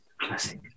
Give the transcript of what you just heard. classic